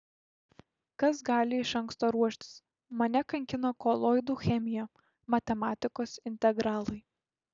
kas gali iš anksto ruoštis mane kankino koloidų chemija matematikos integralai